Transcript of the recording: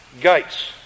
gates